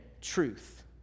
truth